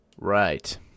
Right